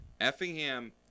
Effingham